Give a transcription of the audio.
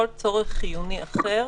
כל צורך חיוני אחר,